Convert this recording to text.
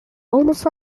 almost